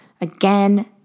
Again